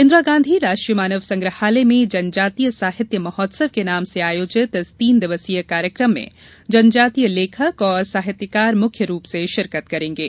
इंदिरा गांधी राष्ट्रीय मानव संग्रहालय में जनजातीय साहित्य महोत्सव के नाम से आयोजित इस तीन दिवसीय कार्यक्रम में जनजातीय लेखक और साहित्यकार मुख्य रूप से शिरकत करेंगे